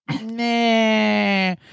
nah